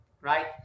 right